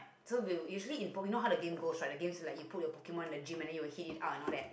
so will usually in Pokemon how the games go right the game is like you put your Pokemon the gym and then you will hitch it up and all that